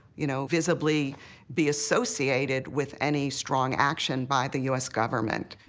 you know, visibly be associated with any strong action by the u s. government.